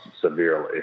severely